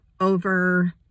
over